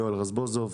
יואל רזבוזוב,